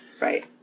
Right